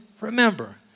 remember